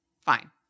fine